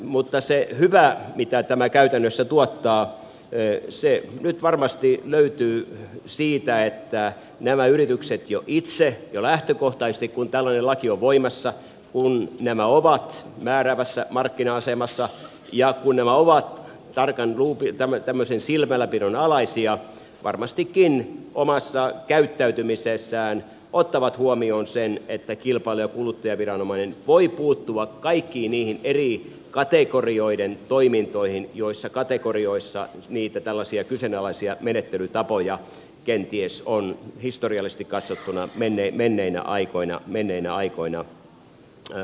mutta se hyvä mitä tämä käytännössä tuottaa nyt varmasti löytyy siitä että nämä yritykset jo itse lähtökohtaisesti kun tällainen laki on voimassa kun nämä ovat määräävässä markkina asemassa ja kun nämä ovat tämmöisen tarkan silmälläpidon alaisia varmastikin omassa käyttäytymisessään ottavat huomioon sen että kilpailu ja kuluttajaviranomainen voi puuttua kaikkiin niihin eri kategorioiden toimintoihin joissa kategorioissa tällaisia kyseenalaisia menettelytapoja kenties on historiallisesti katsottuna menneinä aikoina löytynyt